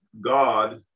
God